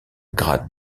grade